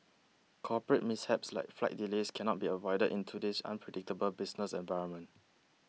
corporate mishaps like flight delays cannot be avoided in today's unpredictable business environment